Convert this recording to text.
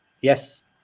yes